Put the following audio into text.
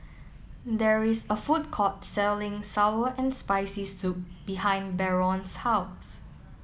there is a food court selling Sour and Spicy Soup behind Barron's House